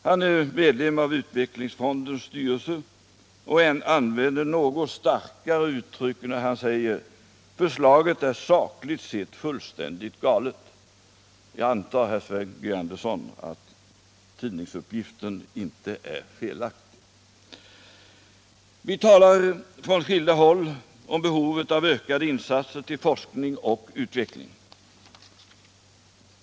Han är medlem av utvecklingsfondens styrelse och använder ett något starkare uttryck när han säger: ”Förslaget är sakligt sett fullständigt galet.” — Jag antar, herr Sven G. Andersson, att tidningsuppgiften inte är felaktig. Vi talar från skilda håll om behovet av ökade insatser till forskning och utveckling.